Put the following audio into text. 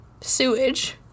sewage